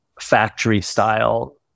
factory-style